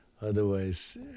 Otherwise